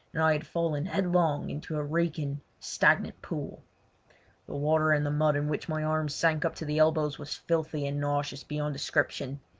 and i had fallen headlong into a reeking, stagnant pool. the water and the mud in which my arms sank up to the elbows was filthy and nauseous beyond description,